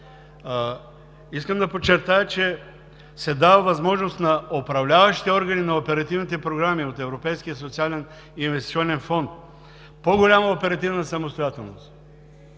искам да подчертая, че се дава възможност на управляващите органи на оперативните програми от Европейския социален инвестиционен фонд по-голяма оперативна самостоятелност.